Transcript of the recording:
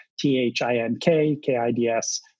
T-H-I-N-K-K-I-D-S